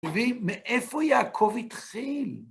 ומאיפה יעקב התחיל?